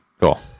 cool